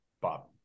Bob